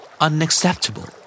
Unacceptable